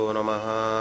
Namaha